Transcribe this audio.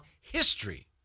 history